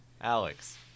Alex